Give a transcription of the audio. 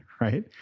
Right